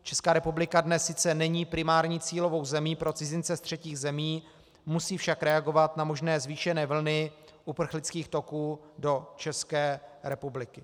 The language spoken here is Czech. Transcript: Česká republika dnes sice není primární cílovou zemí pro cizince z třetích zemí, musí však reagovat na možné zvýšené vlny uprchlických toků do České republiky.